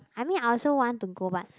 I mean I also want to go but